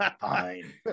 Fine